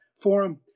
Forum